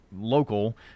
local